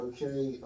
Okay